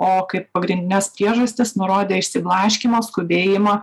o kaip pagrindines priežastis nurodė išsiblaškymą skubėjimą